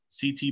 CT